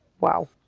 Wow